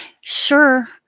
Sure